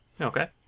Okay